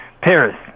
Paris